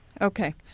Okay